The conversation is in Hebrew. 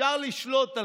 אפשר לשלוט על